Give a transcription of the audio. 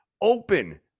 open-